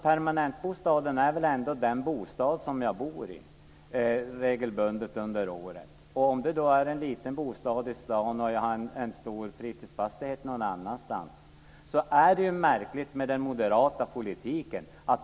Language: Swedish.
Permanentbostaden är väl ändå den bostad som jag bor i regelbundet under året? Om det är en liten bostad i staden och jag har en stor fritidsfastighet någon annanstans är det ju märkligt med den moderata politiken.